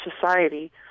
society